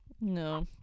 No